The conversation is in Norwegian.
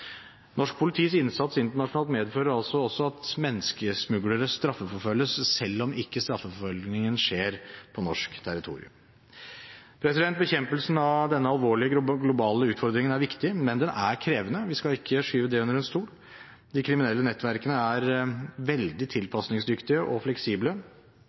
Norsk politis innsats internasjonalt medfører altså at menneskesmuglere straffeforfølges selv om ikke straffeforfølgningen skjer på norsk territorium. Bekjempelsen av denne alvorlige globale utfordringen er viktig, men den er krevende. Vi skal ikke skyve det under en stol. De kriminelle nettverkene er veldig tilpasningsdyktige og fleksible.